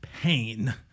pain